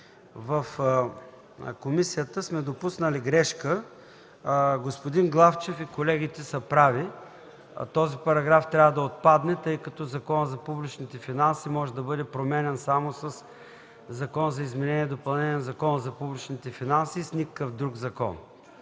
в комисията, сме допуснали грешка – господин Главчев и колегите са прави. Този параграф трябва да отпадне, тъй като Законът за публичните финанси може да бъде променян само със Закон за изменение и допълнение на Закона за публичните финанси и с никакъв друг закон.